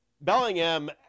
Bellingham